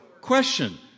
Question